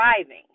driving